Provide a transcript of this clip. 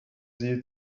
sie